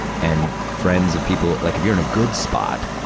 and friends of people like, if you're in a good spot,